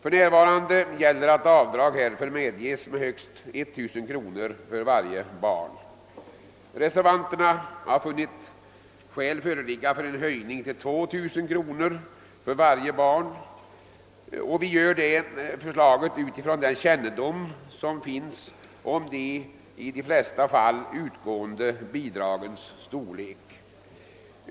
För närvarande gäller att avdrag härför medgives med högst 1000 kronor för varje barn. Reservanterna har funnit skäl föreligga för en höjning till 2 000 kronor för varje barn med utgångspunkt i den kännedom som finns om de i de flesta fall utgående bidragens storlek.